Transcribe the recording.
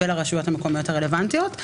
ולרשויות המקומיות הרלוונטיות.